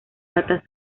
patas